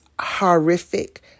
horrific